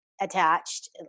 attached